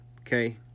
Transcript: okay